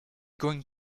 going